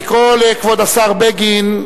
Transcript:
נא לקרוא לכבוד השר בגין.